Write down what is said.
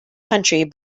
country